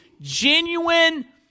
Genuine